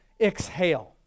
exhale